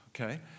Okay